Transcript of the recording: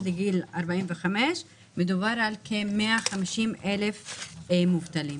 לגיל 45 מדובר על כ-150,000 מובטלים,